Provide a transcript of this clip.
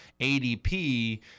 ADP